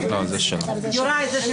זו הזכות שלי לשאול שאלות --- צא בבקשה.